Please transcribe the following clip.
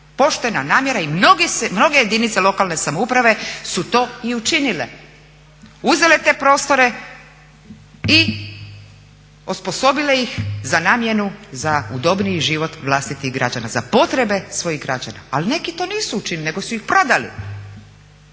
Poštena namjera i mnoge jedinice lokalne samouprave su to i učinile. Uzele te prostore i osposobile ih za namjenu za udobniji život vlastitih građana, za potrebe svojih građana. Ali neki to nisu učinili nego su ih prodali.